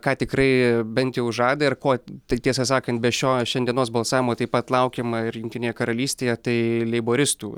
ką tikrai bent jau žada ir ko tai tiesą sakant be šio šiandienos balsavimo taip pat laukiama ir jungtinėje karalystėje tai leiboristų